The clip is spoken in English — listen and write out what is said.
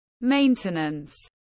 maintenance